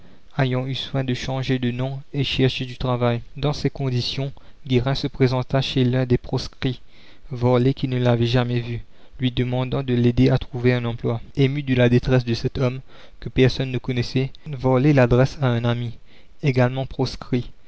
ayant eu soin de changer de nom et cherchait du travail dans ces conditions guérin se présenta chez l'un des proscrits varlet qui ne l'avait jamais vu lui demandant de l'aider à trouver un emploi la commune ému de la détresse de cet homme que personne ne connaissait varlet l'adresse à un ami également proscrit